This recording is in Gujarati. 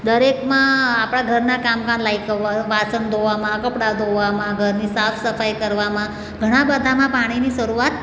દરેકમાં આપણાં ઘરનાં કામકાજ લાઇક કરવા હોય તો વાસણ ધોવામાં કપડાં ધોવામાં ઘરની સાફસફાઈ કરવામાં ઘણાં બધામાં પાણીની શરૂઆત